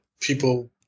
People